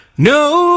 No